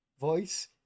voice